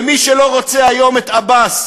ומי שלא רוצה היום את עבאס